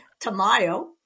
Tamayo